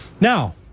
Now